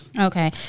Okay